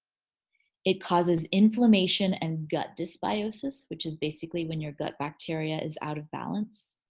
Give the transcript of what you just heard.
it causes inflammation and gut dysbiosis which is basically when your gut bacteria is out of balance